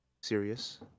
Serious